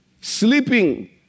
sleeping